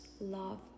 love